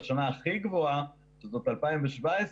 בשנה הכי גבוהה שזאת 2017,